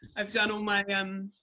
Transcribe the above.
i've done all my, um